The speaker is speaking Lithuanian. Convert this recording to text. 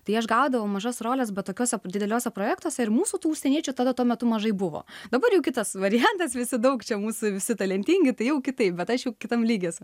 tai aš gaudavau mažas roles bet tokiuose dideliuose projektuose ir mūsų tų užsieniečių tada tuo metu mažai buvo dabar jau kitas variantas visi daug mūsų visi talentingi tai jau kitaip vat aš jau kitam lygis esu